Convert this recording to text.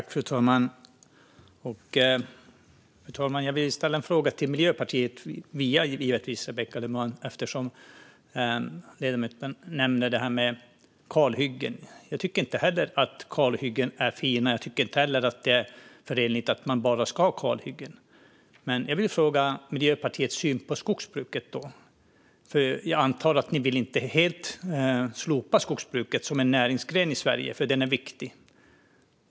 Fru talman! Jag vill ställa en fråga till Miljöpartiet via Rebecka Le Moine eftersom ledamoten nämnde kalhyggen. Jag tycker inte heller att kalhyggen är fina eller att man bara ska ha kalhyggen. Men jag vill fråga om Miljöpartiets syn på skogsbruket. Jag antar att ni inte helt vill slopa skogsbruket som en näringsgren i Sverige, för den är viktig.